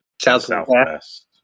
southwest